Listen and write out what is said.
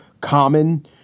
common